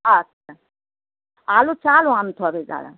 আচ্ছা আলো চালও আনতে হবে দাদা